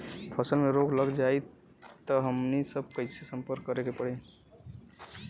फसल में रोग लग जाई त हमनी सब कैसे संपर्क करें के पड़ी?